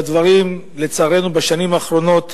והדברים, לצערנו, בשנים האחרונות,